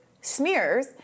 smears